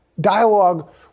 dialogue